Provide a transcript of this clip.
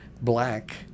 black